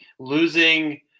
Losing